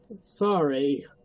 sorry